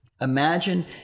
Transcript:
imagine